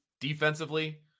defensively